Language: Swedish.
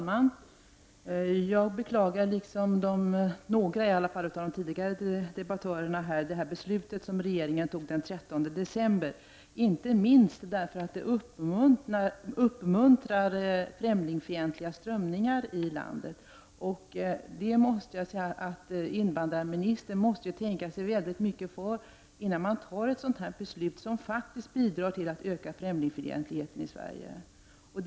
Fru talman! Jag, liksom några av de tidigare debattörerna, beklagar det beslut som regeringen fattade den 13 december, inte minst mot bakgrund av att det uppmuntrar främlingsfientliga strömningar i landet. Invandrarministern måste ju tänka sig mycket noga för innan ett beslut som faktiskt bidrar till att öka främlingsfientligheten i Sverige fattas.